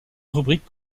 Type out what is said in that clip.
rubrique